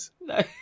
No